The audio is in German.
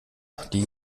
die